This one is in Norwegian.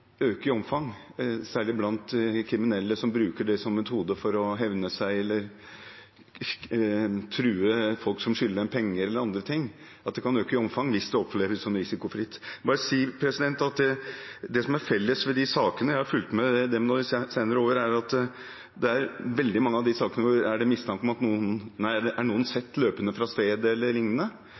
i omfang, særlig blant kriminelle som bruker det som metode for å hevne seg eller true folk som skylder dem penger eller andre ting. Det kan øke i omfang hvis det oppleves som risikofritt. Jeg vil bare si at det som er felles ved veldig mange av de sakene – jeg har fulgt med dem i de senere år – er at noen er sett løpende fra stedet e.l. Det skjedde også i går kveld, på Grorud, hvor det var det noen